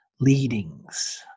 leadings